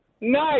Nice